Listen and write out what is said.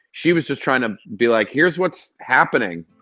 she was just trying to be like, here's what's happening